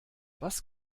was